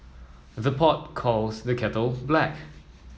the pot calls the kettle black